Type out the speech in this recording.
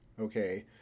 Okay